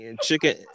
chicken